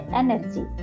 energy